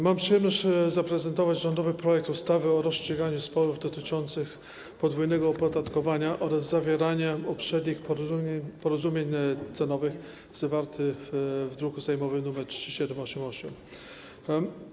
Mam przyjemność zaprezentować rządowy projekt ustawy o rozstrzyganiu sporów dotyczących podwójnego opodatkowania oraz zawieraniu uprzednich porozumień cenowych, zawarty w druku sejmowym nr 3788.